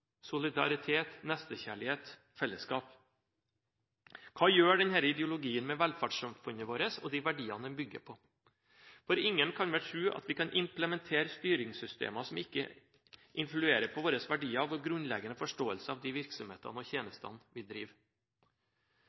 solidaritet, nestekjærlighet og fellesskap. Hva gjør denne ideologien med velferdssamfunnet vårt og de verdiene man bygger på? For ingen kan vel tro at vi kan implementere styringssystemer som ikke influerer på våre verdier, vår grunnleggende forståelse av de virksomhetene og tjenestene vi